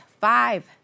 five